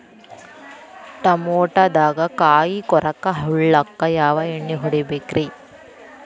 ಟಮಾಟೊದಾಗ ಕಾಯಿಕೊರಕ ಹುಳಕ್ಕ ಯಾವ ಎಣ್ಣಿ ಹೊಡಿಬೇಕ್ರೇ?